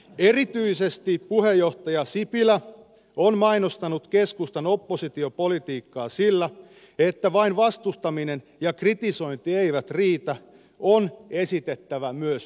erityisesti puheenjohtaja sipilä on mainostanut keskustan oppositiopolitiikkaa sillä että vain vastustaminen ja kritisointi eivät riitä on esitettävä myös vaihtoehto